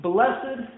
Blessed